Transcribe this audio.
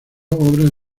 obras